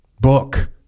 book